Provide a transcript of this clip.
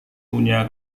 punya